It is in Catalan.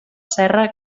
serra